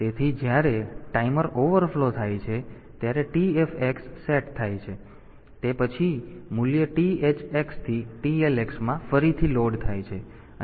તેથી જ્યારે timer overflow થાય છે ત્યારે TFx સેટ થાય છે અને તે પછી મૂલ્ય THX થી TLX માં ફરીથી લોડ થાય છે અને પ્રક્રિયા ફરીથી શરૂ થાય છે